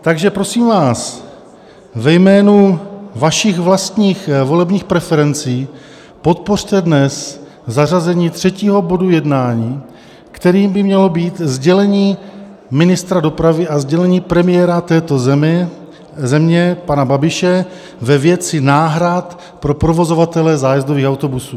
Takže prosím vás, ve jménu vašich vlastních volebních preferencí podpořte dnes zařazení dnes třetího bodu jednání, kterým by mělo být sdělení ministra dopravy a sdělení premiéra této země pana Babiše ve věci náhrad pro provozovatele zájezdových autobusů.